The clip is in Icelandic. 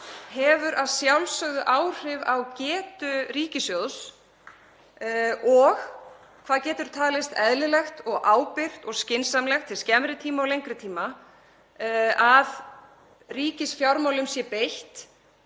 hefur að sjálfsögðu áhrif á getu ríkissjóðs og hvað getur talist eðlilegt og ábyrgt og skynsamlegt til skemmri tíma og lengri tíma að ríkisfjármálum sé beitt